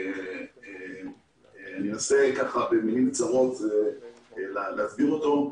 שאני אנסה במילים קצרות להסביר אותו.